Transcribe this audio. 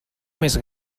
més